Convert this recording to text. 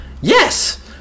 yes